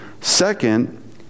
Second